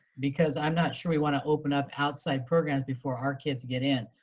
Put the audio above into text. because i'm not sure we wanna open up outside programs before our kids get in.